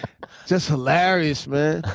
just hilarious, man.